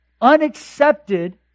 unaccepted